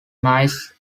nice